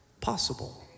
possible